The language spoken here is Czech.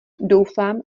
doufám